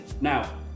now